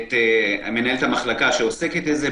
את מנהלת המחלקה שעוסקת בזה.